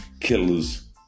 killers